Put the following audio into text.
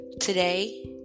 today